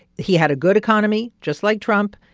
he had a good economy, just like trump.